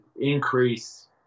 increase